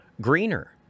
greener